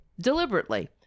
deliberately